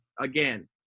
Again